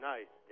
Nice